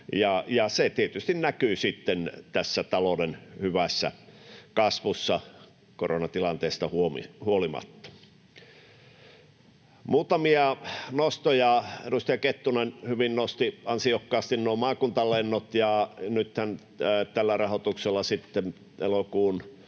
se tietysti näkyy tässä talouden hyvässä kasvussa koronatilanteesta huolimatta. Muutamia nostoja: Edustaja Kettunen nosti ansiokkaasti nuo maakuntalennot, ja nythän tällä rahoituksella sitten